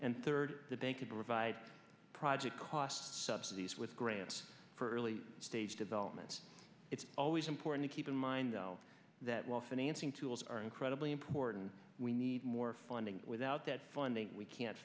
and third the bank could provide project cost subsidies with grants for early stage development it's always important to keep in mind though that while financing tools are incredibly important we need more funding without that funding we can't